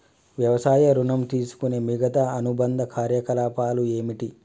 వ్యవసాయ ఋణం తీసుకునే మిగితా అనుబంధ కార్యకలాపాలు ఏమిటి?